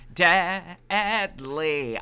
deadly